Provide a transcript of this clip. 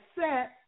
set